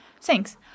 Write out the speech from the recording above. thanks